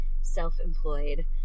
self-employed